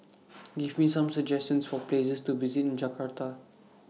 Give Me Some suggestions For Places to visit in Jakarta